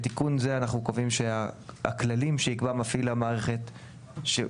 בתיקון זה אנחנו קובעים שהכללים שייקבע מפעיל המערכת שהוגדר,